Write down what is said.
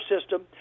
system